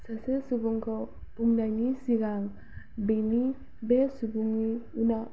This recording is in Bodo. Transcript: सासे सुबुंखौ बुंनायनि सिगां बेनि बे सुबुंनि उनाव